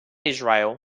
israel